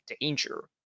danger